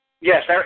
Yes